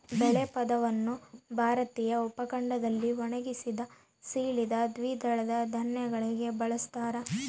ಬೇಳೆ ಪದವನ್ನು ಭಾರತೀಯ ಉಪಖಂಡದಲ್ಲಿ ಒಣಗಿಸಿದ, ಸೀಳಿದ ದ್ವಿದಳ ಧಾನ್ಯಗಳಿಗೆ ಬಳಸ್ತಾರ